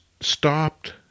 stopped